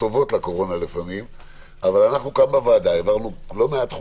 אנחנו כאן בוועדה העברנו לא מעט חוקים,